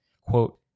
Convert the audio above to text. Quote